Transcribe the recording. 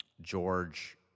George